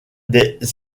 des